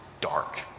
dark